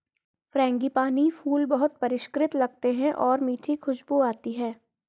frangipani फूल बहुत परिष्कृत लगते हैं और मीठी खुशबू आती है